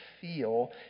feel